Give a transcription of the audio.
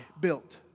built